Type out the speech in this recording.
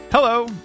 Hello